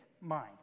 mind